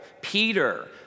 Peter